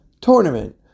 Tournament